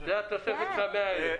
זה התוספת של ה-100,000.